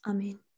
Amen